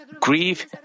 grieve